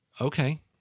Okay